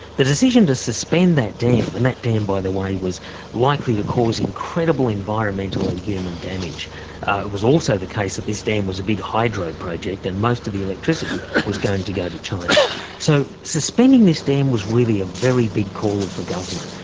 the decision to suspend that dam and that dam, by the way, was likely to cause incredible environmental and human damage it was also the case that this dam was a big hydro project and most of the electricity was going to go to china so suspending this dam was really a very big call of the government.